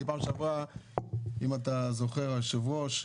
כי בפעם שעברה, אם אתה זוכר, היושב ראש,